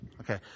Okay